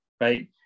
right